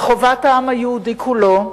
וחובת העם היהודי כולו,